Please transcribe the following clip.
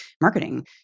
marketing